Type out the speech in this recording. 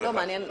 כן.